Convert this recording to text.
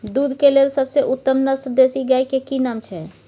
दूध के लेल सबसे उत्तम नस्ल देसी गाय के की नाम छै?